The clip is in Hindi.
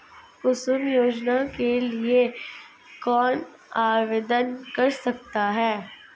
कुसुम योजना के लिए कौन आवेदन कर सकता है?